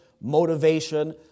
motivation